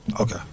Okay